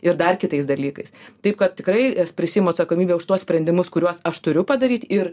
ir dar kitais dalykais taip kad tikrai prisiimu atsakomybę už tuos sprendimus kuriuos aš turiu padaryt ir